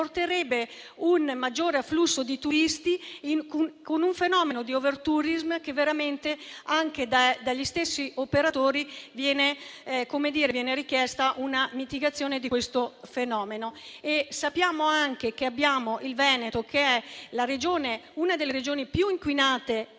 un maggiore afflusso di turisti con un fenomeno di *overtourism* del quale anche gli stessi operatori chiedono una mitigazione. Sappiamo anche che abbiamo il Veneto, che è una delle Regioni più inquinate in